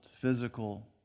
physical